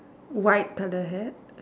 white colour hat